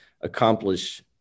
accomplish